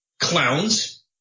clowns